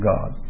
God